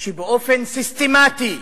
שבאופן סיסטמטי,